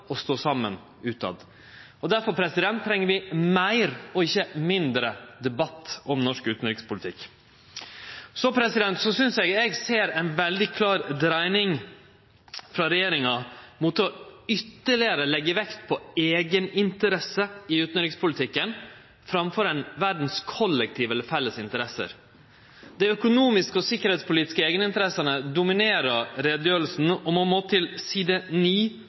å stå saman utetter. Difor treng vi meir – og ikkje mindre – debatt om norsk utanrikspolitikk. Eg synest eg ser ei veldig klar dreiing frå regjeringa si side mot å leggje ytterlegare vekt på eigeninteresse i utanrikspolitikken framfor verdas kollektive, felles interesser. Dei økonomiske og sikkerheitspolitiske eigeninteressene dominerer utgreiinga, og ein må til side